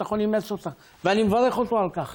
החוק לא יופעל באופן לא פרופורציונלי או באופן גורף.